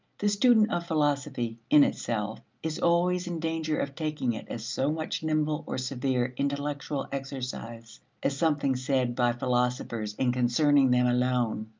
the student of philosophy in itself is always in danger of taking it as so much nimble or severe intellectual exercise as something said by philosophers and concerning them alone.